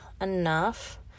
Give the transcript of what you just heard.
enough